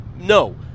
No